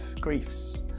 griefs